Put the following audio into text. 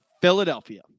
Philadelphia